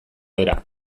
era